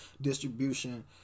distribution